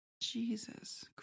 Jesus